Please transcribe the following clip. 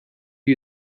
you